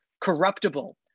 Corruptible